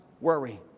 worry